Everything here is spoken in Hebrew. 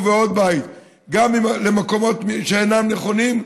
ועוד בית גם למקומות שאינם נכונים,